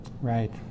Right